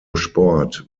sport